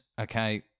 okay